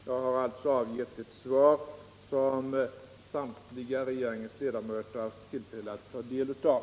Jag har alltså avgivit ett svar som regeringens samtliga ledamöter haft tillfälle att ta del av.